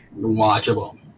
Watchable